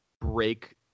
break